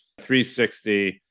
360